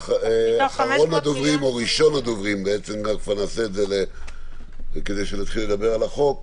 אחרון הדוברים או ראשון הדוברים כדי לדבר על החוק,